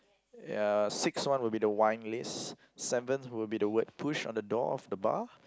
ya sixth one would be the wine list seventh would be the word push on the door of the bar